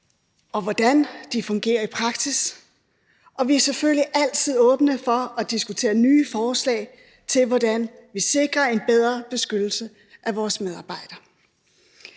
og hvordan de fungerer i praksis, og vi er selvfølgelig altid åbne for at diskutere nye forslag til, hvordan vi sikrer en bedre beskyttelse af vores medarbejdere.